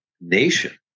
nation